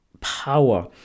power